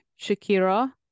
Shakira